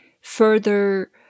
further